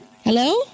Hello